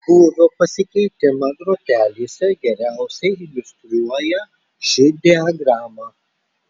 būvio pasikeitimą grotelėse geriausiai iliustruoja ši diagrama